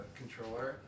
controller